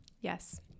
yes